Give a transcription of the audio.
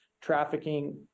trafficking